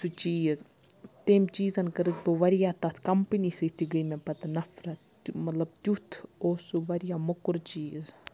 سُہ چیٖز تٔمۍ چیٖزَن کٔرٕس بہٕ واریاہ تَتھ کَمپٔنی سۭتۍ تہِ گٔے مےٚ پَتہٕ نفرت تہِ مطلب تیُتھ اوس سُہ واریاہ موٚکُر چیٖز